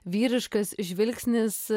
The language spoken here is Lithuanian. vyriškas žvilgsnis